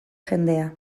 jendea